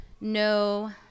no